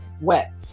wet